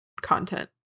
content